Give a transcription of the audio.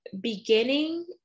beginning